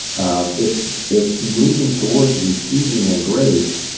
it's it's moving towards receiving and grace,